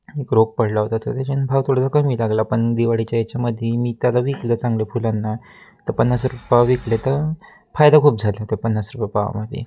एक रोग पडला होता तर त्याच्याने भाव थोडसा कमी लागला पण दिवाळीच्या याच्यामध्ये मी त्याला विकलं चांगलं फुलांना तर पन्नास रुपये पाव विकले त फायदा खूप झाला त्या पन्नास रुपये पावामध्ये